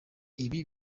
ibi